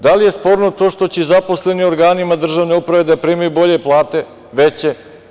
Da li je sporno to što će zaposleni u organima države uprave da primaju bolje plate, veće?